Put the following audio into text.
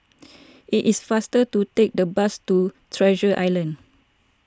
it is faster to take the bus to Treasure Island